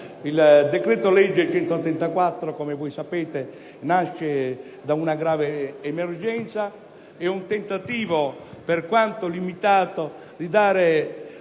settembre 2009, n. 134, come sapete, nasce da una grave emergenza: è un tentativo, per quanto limitato, di dare